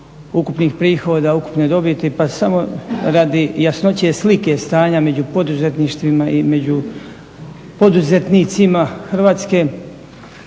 ukupnih prihoda ukupne dobiti pa samo radi jasnoće slika stanja među poduzetništvima i među poduzetnicima Hrvatske,